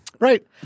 Right